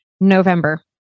November